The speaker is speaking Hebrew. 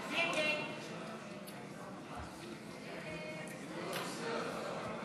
הצעת סיעת יש עתיד